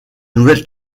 nouvelle